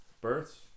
birds